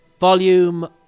volume